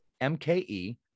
mke